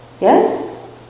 Yes